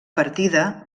partida